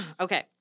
Okay